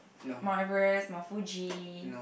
Mount-Everest Mount-Fuji